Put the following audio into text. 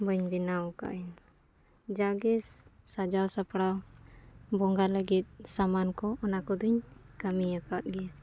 ᱵᱟᱹᱧ ᱵᱮᱱᱟᱣ ᱟᱠᱟᱫᱟᱹᱧ ᱡᱟᱜᱮ ᱥᱟᱡᱟᱣ ᱥᱟᱯᱲᱟᱣ ᱵᱚᱸᱜᱟ ᱞᱟᱹᱜᱤᱫ ᱥᱟᱢᱟᱱ ᱠᱚ ᱚᱱᱟ ᱠᱚᱫᱚᱧ ᱠᱟᱹᱢᱤᱭᱟᱠᱟᱫ ᱜᱮᱭᱟ